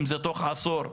אם זה תוך עשור,